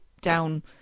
down